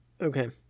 Okay